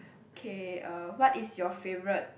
K uh what is your favourite